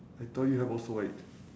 I thought you have also right